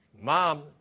Mom